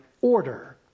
order